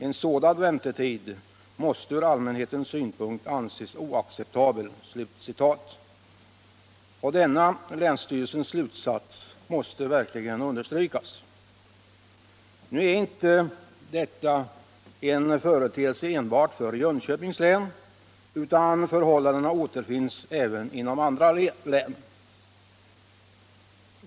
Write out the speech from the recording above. En sådan väntetid måste ur allmänhetens synpunkt anses oacceptabel.” Denna länsstyrelsens slutsats måste verkligen understrykas! Nu är inte detta en företeelse enbart i Jönköpings län, utan förhållandet återfinns även inom andra län.